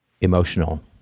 emotional